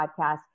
podcast